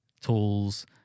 tools